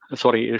sorry